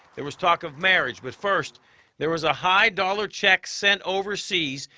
there was talk of marriage, but first there was a high dollar check sent overseas,